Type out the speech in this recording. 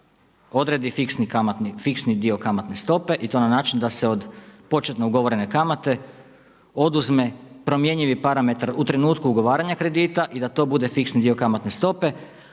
odredi fiksni dio kamatne stope i to na način da se od početno ugovorene kamate oduzme promjenjivi parametar u trenutku ugovaranja kredita i da to bude fiksni dio kamatne stope,